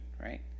right